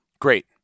Great